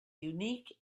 unique